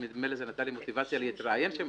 זה נתן לי מוטיבציה להתראיין שם,